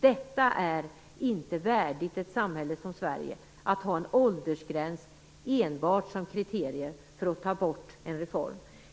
Det är inte värdigt ett samhälle som Sverige att enbart ha åldersgräns som ett kriterium för att ta bort en reform.